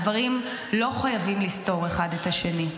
הדברים לא חייבים לסתור אחד את השני.